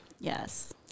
Yes